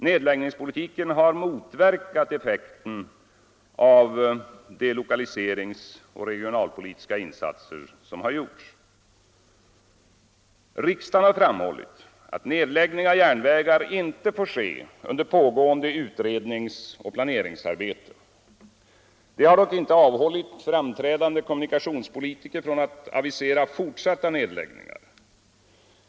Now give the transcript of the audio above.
Nedläggningspolitiken har motverkat effekten av de lokaliseringsoch regionalpolitiska insatser som gjorts. Riksdagen har framhållit att nedläggning av järnvägar inte får ske under pågående utredningsoch planeringsarbete. Detta har dock inte avhållit framträdande kommunikationspolitiker från att avisera fortsatta nedläggningar.